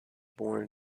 born